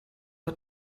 hat